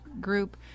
group